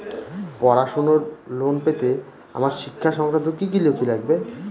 পড়াশুনোর লোন পেতে আমার শিক্ষা সংক্রান্ত কি কি নথি লাগবে?